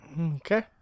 okay